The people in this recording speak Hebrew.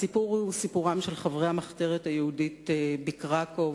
הסיפור הוא סיפורם של חברי המחתרת היהודית בקרקוב,